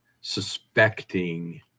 suspecting